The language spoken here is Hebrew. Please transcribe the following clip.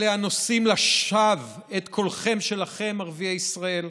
אלה הנושאים לשווא את קולכם שלכם, ערביי ישראל,